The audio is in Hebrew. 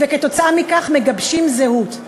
כתוצאה מכך הם מגבשים זהות,